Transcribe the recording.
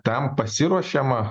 tam pasiruošiama